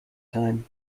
time